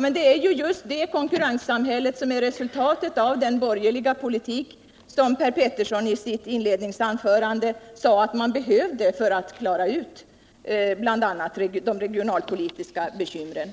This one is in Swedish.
Men det är ju just det konkurrenssamhället som är resultatet av den borgerliga politik som Per Petersson i sitt inledningsanförande sade att man behövde för att klara ut bl.a. de regionalpolitiska bekymren.